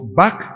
back